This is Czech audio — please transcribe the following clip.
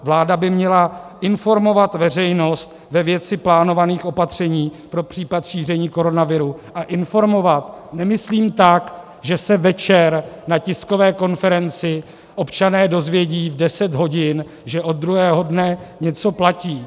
Vláda by měla informovat veřejnost ve věci plánovaných opatření pro případ šíření koronaviru a informovat nemyslím tak, že se večer v deset hodin na tiskové konferenci občané dozvědí, že od druhého dne něco platí.